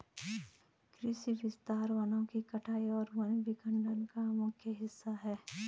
कृषि विस्तार वनों की कटाई और वन विखंडन का मुख्य हिस्सा है